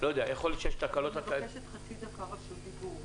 אני מבקשת חצי דקה רשות דיבור.